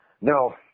No